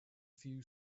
few